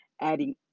adding